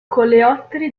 coleotteri